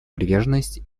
приверженность